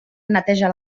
neteja